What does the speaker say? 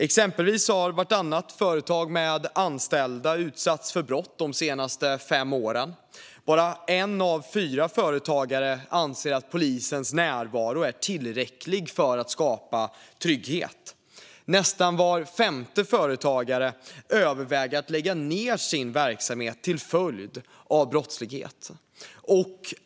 Exempelvis har vartannat företag med anställda utsatts för brott de senaste fem åren, och bara en av fyra företagare anser att polisens närvaro är tillräcklig för att skapa trygghet. Nästan var femte företagare överväger nu att lägga ned sin verksamhet till följd av brottslighet.